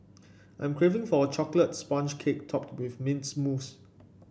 I am craving for a chocolate sponge cake topped with mint mousse